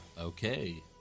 Okay